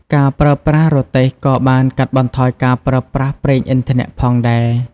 ការប្រើប្រាស់រទេះក៏បានកាត់បន្ថយការប្រើប្រាស់ប្រេងឥន្ធនៈផងដែរ។